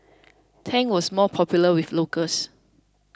Tang was more popular with locals